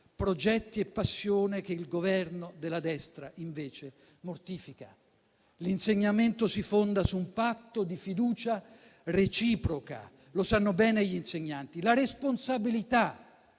progetti e passione che il Governo della destra invece mortifica. L'insegnamento si fonda su un patto di fiducia reciproca: lo sanno bene gli insegnanti. La responsabilità